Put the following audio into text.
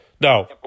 No